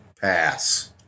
Pass